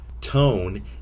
tone